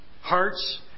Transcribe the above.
Hearts